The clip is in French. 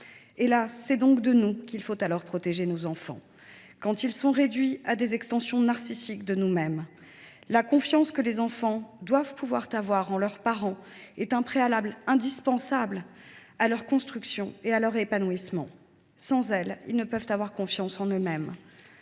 Hélas ! c’est de nous qu’il faut protéger nos enfants, quand nous les réduisons à des extensions narcissiques de nous mêmes. La confiance que les enfants doivent pouvoir avoir en leurs parents est un préalable indispensable à leur construction et à leur épanouissement. Sans elle, ils ne peuvent avoir confiance en eux mêmes.